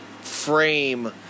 frame